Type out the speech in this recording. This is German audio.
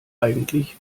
eigentlich